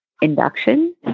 induction